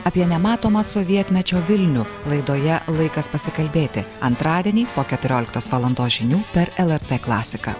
apie nematomą sovietmečio vilnių laidoje laikas pasikalbėti antradienį po keturioliktos valandos žinių per lrt klasiką